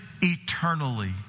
eternally